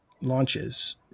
launches